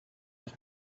had